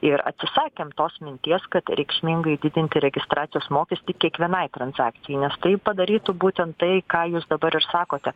ir atsisakėm tos minties kad reikšmingai didinti registracijos mokestį kiekvienai transakcijai nes tai padarytų būtent tai ką jūs dabar ir sakote